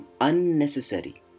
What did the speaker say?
unnecessary